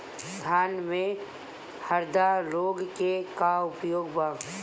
धान में हरदा रोग के का उपाय बा?